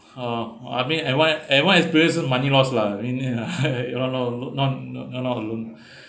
orh I think uh one uh one deal with money loss lah no no look don't not not alone